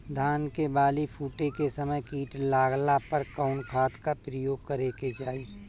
धान के बाली फूटे के समय कीट लागला पर कउन खाद क प्रयोग करे के चाही?